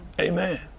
Amen